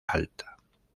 alta